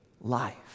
life